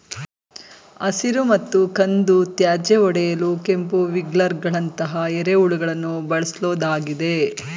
ಹಸಿರು ಮತ್ತು ಕಂದು ತ್ಯಾಜ್ಯ ಒಡೆಯಲು ಕೆಂಪು ವಿಗ್ಲರ್ಗಳಂತಹ ಎರೆಹುಳುಗಳನ್ನು ಬಳ್ಸೋದಾಗಿದೆ